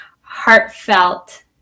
heartfelt